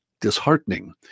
disheartening